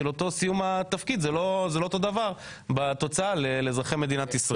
של אותו סיום התפקיד ,זה לא זה לא אותו דבר בתוצאה לאזרחי מדינת ישראל,